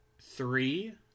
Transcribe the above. three